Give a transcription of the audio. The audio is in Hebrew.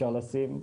אפשר לשים,